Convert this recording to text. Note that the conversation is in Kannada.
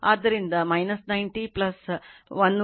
ಆದ್ದರಿಂದ 90 113